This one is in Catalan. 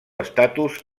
estatus